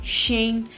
shame